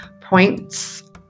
points